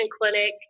clinic